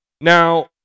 Now